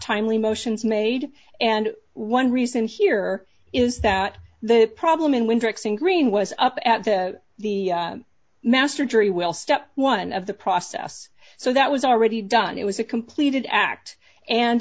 timely motions made and one reason here is that the problem in winter x in green was up at the master jury will step one of the process so that was already done it was a completed act and